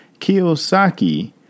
Kiyosaki